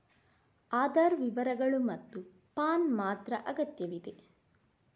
ಆಧಾರ್ ವಿವರಗಳು ಮತ್ತು ಪ್ಯಾನ್ ಮಾತ್ರ ಅಗತ್ಯವಿದೆ